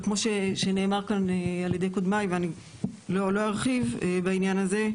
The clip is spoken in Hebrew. וכמו שנאמר כאן על ידי קודמיי ואני לא ארחיב בעניין הזה,